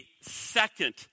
second